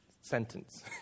sentence